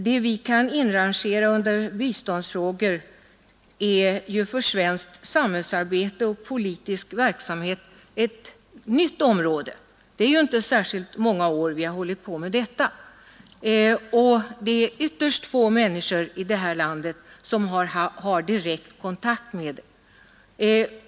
Det vi kan inrangera under biståndsfrågor är för svenskt samhällsarbete och politisk verksamhet ett ganska nytt område, som vi inte har hållit på med så många år. Ytterst få människor i detta land har direkt kontakt med dessa ting.